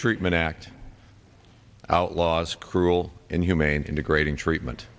treatment act outlaws cruel inhumane and degrading treatment